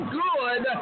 good